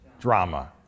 drama